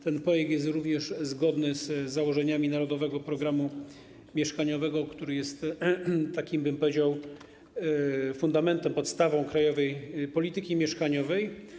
Ten projekt jest również zgodny z założeniami ˝Narodowego programu mieszkaniowego˝, który jest, powiedziałbym, fundamentem, podstawą krajowej polityki mieszkaniowej.